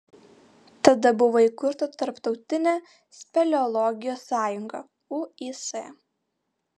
tada buvo įkurta tarptautinė speleologijos sąjunga uis